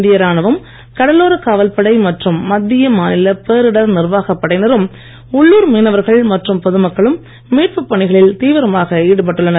இந்திய ராணுவம் கடலோரக் காவல்படை மற்றும் மத்திய மாநில பேரிடர் நிர்வாகப் படையினரும் உள்ளூர் மீனவர்கள் மற்றும் பொதுமக்களும் மீட்புப் பணிகளில் தீவிரமாக ஈடுபட்டுள்ளனர்